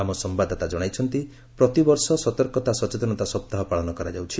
ଆମ ସମ୍ଭାଦଦାତା ଜଣାଇଛନ୍ତି ପ୍ରତିବର୍ଷ ସତର୍କତା ସଚେତନତା ସପ୍ତାହ ପାଳନ କରାଯାଉଛି